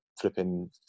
flipping